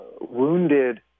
wounded